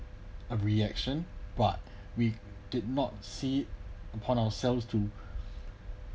a reaction but we did not see upon ourselves to